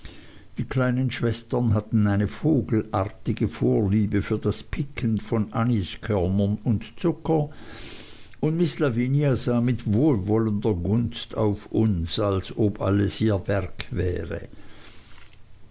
die kleinen schwestern hatten eine vogelartige vorliebe für das picken von aniskörnern und zucker und miß lavinia sah mit wohlwollender gunst auf uns als ob alles ihr werk wäre